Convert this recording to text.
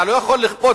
אתה לא יכול לכפות,